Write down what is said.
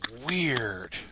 weird